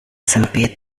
sempit